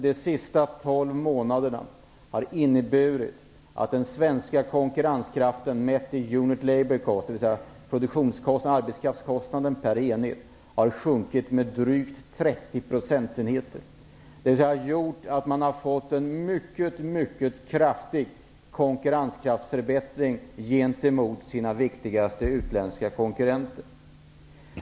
De sista tolv månaderna har för Sverige inneburit att unit labour cost, dvs. arbetskraftskostnaden per enhet, har sjunkit med drygt 30 procentenheter. Det har gjort att man har fått en mycket kraftig förbättring av konkurrenskraften gentemot sina viktigaste utländska konkurrenter.